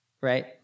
right